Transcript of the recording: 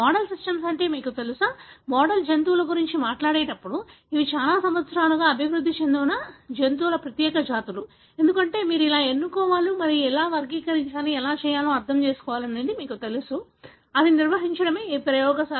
model సిస్టమ్లు మీకు తెలుసా మీరు మోడల్ జంతువుల గురించి మాట్లాడేటప్పుడు ఇవి చాలా సంవత్సరాలుగా అభివృద్ధి చెందిన జంతువుల ప్రత్యేక జాతులు ఎందుకంటే మీరు ఎన్నుకోవాలి మరియు మీరు ఎలా వర్గీకరించాలి ఎలా చేయాలో అర్థం చేసుకోవాలి మీకు తెలుసు నిర్వహించడం ప్రయోగశాల